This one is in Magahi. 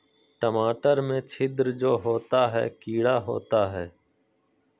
टमाटर में छिद्र जो होता है किडा होता है?